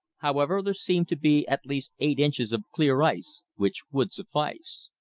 however, there seemed to be at least eight inches of clear ice, which would suffice.